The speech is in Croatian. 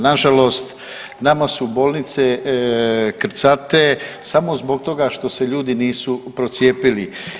Na žalost nama su bolnice krcate samo zbog toga što se ljudi nisu procijepili.